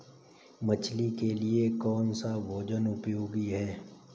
मछली के लिए कौन सा भोजन उपयोगी है?